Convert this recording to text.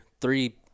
Three